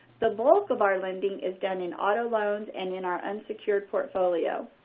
the bulk of our lending is done in auto loans and in our unsecured portfolio.